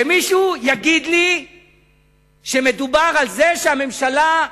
שמישהו יגיד לי שמדובר על זה שהממשלה,